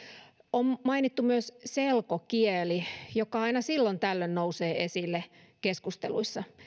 on mainittu myös selkokieli joka aina silloin tällöin nousee esille keskusteluissa